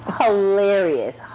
Hilarious